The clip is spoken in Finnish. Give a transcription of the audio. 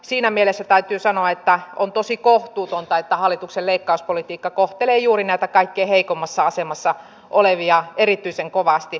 siinä mielessä täytyy sanoa että on tosi kohtuutonta että hallituksen leikkauspolitiikka kohtelee juuri näitä kaikkein heikoimmassa asemassa olevia erityisen kovasti